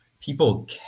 people